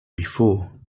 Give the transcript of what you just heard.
before